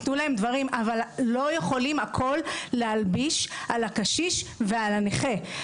אבל לא יכולים להלביש את הכל על הקשיש ועל הנכה.